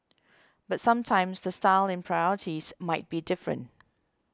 but sometimes the style and priorities might be different